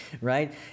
right